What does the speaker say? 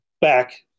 back